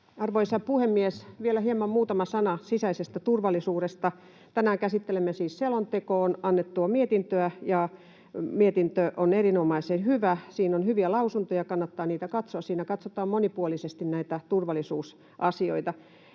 Arvoisa puhemies! Vielä hieman, muutama sana, sisäisestä turvallisuudesta. Tänään käsittelemme siis selontekoon annettua mietintöä, ja mietintö on erinomaisen hyvä. Siinä on hyviä lausuntoja, kannattaa niitä katsoa. Siinä katsotaan monipuolisesti näitä turvallisuusasioita.